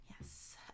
yes